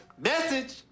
Message